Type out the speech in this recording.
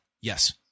Yes